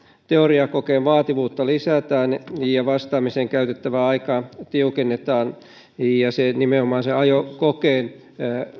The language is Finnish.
teoriakokeen vaativuutta lisätään ja vastaamiseen käytettävää aikaa tiukennetaan ja nimenomaan sen ajokokeen